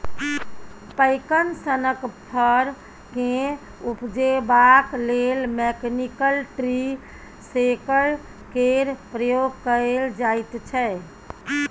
पैकन सनक फर केँ उपजेबाक लेल मैकनिकल ट्री शेकर केर प्रयोग कएल जाइत छै